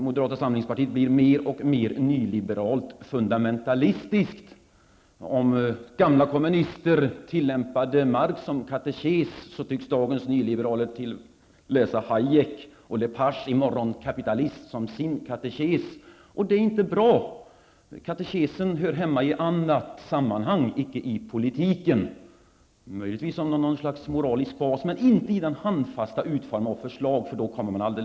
Moderata samlingspartiet blir mer och mer nyliberalt fundamentalistiskt. Om gamla kommunister tillämpade Marx som katekes, tycks dagens nyliberaler läsa Hayek eller Lepagés ''I morgon kapitalism'' som sin katekes. Det är inte bra. Katekesen hör hemma i ett annat sammanhang, icke i politiken. Katekesen kan möjligen vara något slags moralisk bas men inte vid det handfasta utformandet av förslag, eftersom man då kommer helt snett.